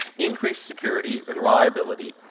increase security and reliability,